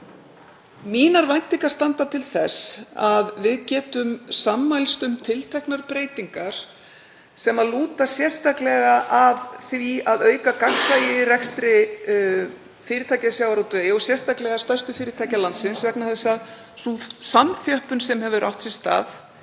Mínar væntingar standa til þess að við getum sammælst um tilteknar breytingar sem lúta sérstaklega að því að auka gagnsæi í rekstri fyrirtækja í sjávarútvegi, og sérstaklega stærstu fyrirtækja landsins, vegna þess að sú samþjöppun sem átt hefur sér stað